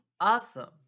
Awesome